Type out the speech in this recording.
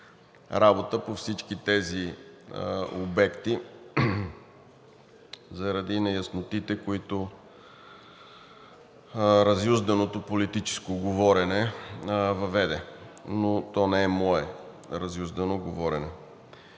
работа по всички тези обекти заради неяснотите, които разюзданото политическо говорене въведе, но то не е мое разюздано говорене.